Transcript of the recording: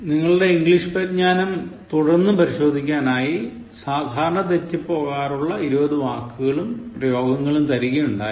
നിങ്ങളുടെ ഇംഗ്ലീഷ് പരിജ്ഞാനം തുടർന്നും പരിശോധിക്കാനായി സാധാരണ തെറ്റിപ്പോകാറുള്ള 20 വാക്കുകളും പ്രയോഗങ്ങളും തരുകയുണ്ടായി